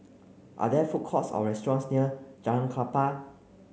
are there food courts or restaurants near Jalan Klapa